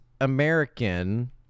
American